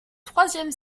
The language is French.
troisième